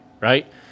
right